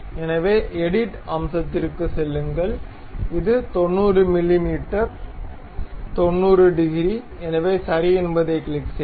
எனவே எடிட் அம்சத்திற்குச் செல்லுங்கள் இது 90 மிமீ 90 டிகிரி எனவே சரி என்பதைக் கிளிக் செய்க